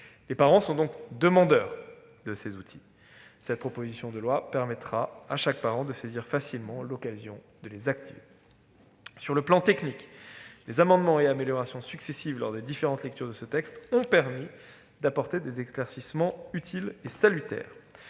Les parents sont donc demandeurs de ces outils. Cette proposition de loi permettra à chaque parent de saisir facilement l'occasion de les activer. Sur le plan technique, les amendements et améliorations successives votés au cours des différentes lectures de ce texte ont permis d'apporter des éclaircissements utiles et salutaires.